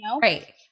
right